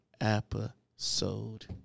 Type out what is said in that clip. episode